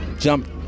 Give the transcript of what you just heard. jump